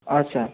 আচ্ছা